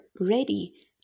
ready